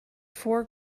four